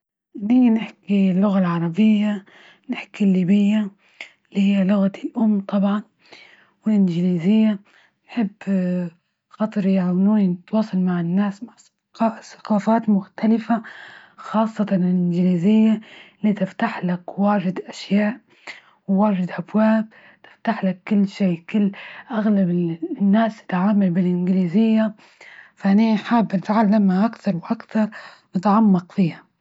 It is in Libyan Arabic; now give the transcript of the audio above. إني نحكي اللغة العربية ،نحكي الليبية اللي هي لغتي الأم طبعا، والإنجليزية أحب خاطري يعاونوني نتواصل مع الناس، مع أصدقاء ثقافات مختلفة ،خاصة الإنجليزية لتفتح لك واجد اشياء، واجد أبواب تفتحلك كل شي، أغلب الناس تتعامل بالانجليزية، فإني حابة نتعلمها أكتر وأكتر نتعمق فيها.